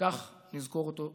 וכך נזכור אותו תמיד.